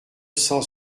cent